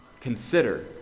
consider